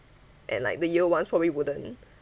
and like the year ones probably wouldn't